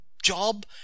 job